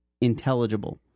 intelligible